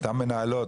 אותן מנהלות,